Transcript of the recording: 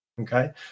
okay